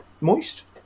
moist